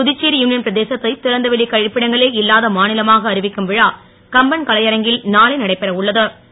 Puducherry union பிரதேசத்தை றந்தவெளிக் க ப்பிடங்களே இல்லாத மா லமாக அறிவிக்கும் விழா கம்பன் கலை அரங்கில் நாளை நடைபெற உள்ள து